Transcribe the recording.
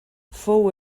fou